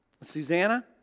Susanna